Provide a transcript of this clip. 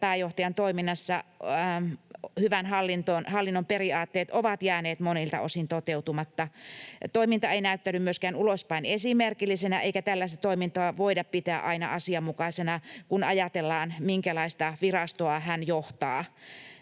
pääjohtajan toiminnassa hyvän hallinnon periaatteet ovat jääneet monilta osin toteutumatta. Toiminta ei näyttäydy myöskään ulospäin esimerkillisenä, eikä tällaista toimintaa voida pitää aina asianmukaisena, kun ajatellaan, minkälaista virastoa hän johtaa